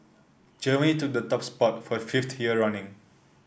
Germany took the top spot for the fifth year running